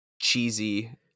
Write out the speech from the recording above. cheesy